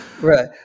Right